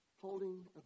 Holding